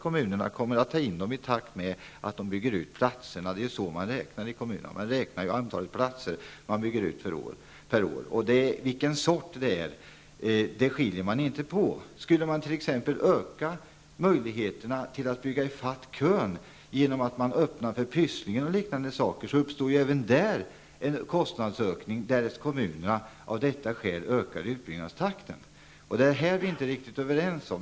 Kommunerna kommer att erbjuda plats i takt med utbyggnaden. Det är så man räknar, dvs. man räknar med de antal platser man bygger ut med per år. Man skiljer inte på vilken barnomsorgsform det rör sig om. Om man ökade möjligheterna att bygga ifatt kön genom att ge klartecken för Pysslingen och liknande, skulle även detta medföra en kostnadsökning om kommunerna av detta skäl utökade utbyggnadstakten. Men här är socialministern och jag inte riktigt överens.